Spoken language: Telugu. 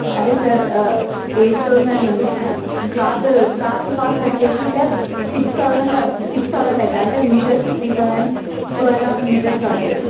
అదే సార్ ఎయిట్ థౌజండ్ ఉంది క్లాత్ క్లాత్ కాస్ట్ వచ్చి సార్ సిక్స్ థౌజండ్ పడత సిక్స్ థౌజండ్ అవుతుంది అంటే మీటర్కి three thousand two and half meters పడుతుంది